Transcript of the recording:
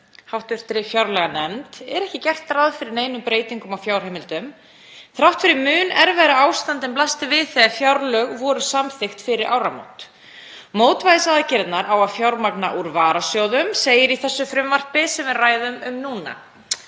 úr hv. fjárlaganefnd, er ekki gert ráð fyrir neinum breytingum á fjárheimildum þrátt fyrir mun erfiðara ástand en blasti við þegar fjárlög voru samþykkt fyrir áramót. Mótvægisaðgerðirnar á að fjármagna úr varasjóðum, segir í því frumvarpi sem við ræðum núna,